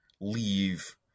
leave